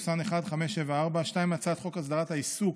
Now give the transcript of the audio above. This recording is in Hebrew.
מ/1574, הצעת חוק הסדרת העיסוק